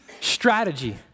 strategy